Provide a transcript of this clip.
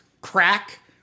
crack